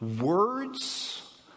words